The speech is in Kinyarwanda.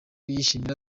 yishimira